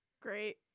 great